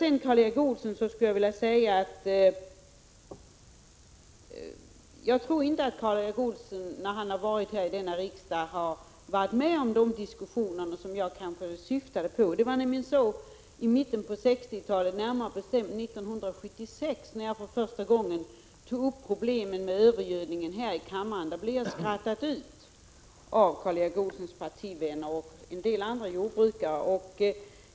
Till Karl Erik Olsson skulle jag vilja säga att jag inte tror att Karl Erik Olsson i denna riksdag har varit med om de diskussioner som jag syftade på. Det var nämligen närmare bestämt 1976, när jag första gången tog upp problemen med övergödningen här i kammaren, som jag blev utskrattad av Karl Erik Olssons partivänner och en del andra jordbrukare.